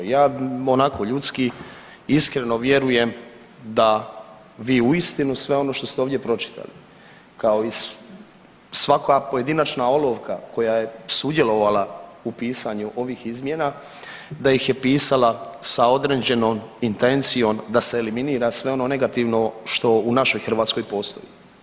Ja onako ljudski iskreno vjerujem da vi uistinu sve ono što ste ovdje pročitali kao i svaka pojedinačna olovka koja je sudjelovala u pisanju ovih izmjena da ih je pisala sa određenom intencijom da se eliminira sve ono negativno što u našoj Hrvatskoj postoji.